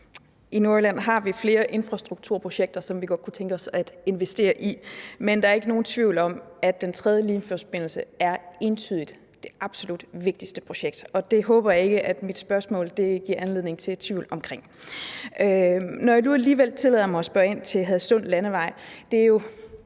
I Nordjylland har vi flere infrastrukturprojekter, som vi godt kunne tænke os at investere i, men der er ikke nogen tvivl om, at den tredje Limfjordsforbindelse entydigt er det absolut vigtigste projekt. Det håber jeg ikke at mit spørgsmål giver anledning til tvivl om. Jeg tillader mig nu alligevel at spørge ind til Hadsund Landevej. Det er jo